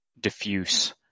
diffuse